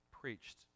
preached